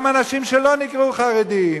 גם אנשים שלא נקראו חרדים